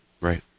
right